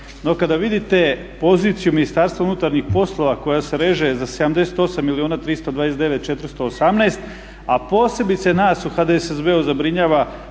No, kada vidite poziciju Ministarstva unutarnjih poslova koja se reže za 78 jer je ona 329 418, a posebice nas u HDSSB-u zabrinjava